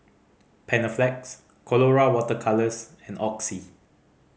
Panaflex Colora Water Colours and Oxy